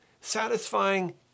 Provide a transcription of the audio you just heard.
satisfying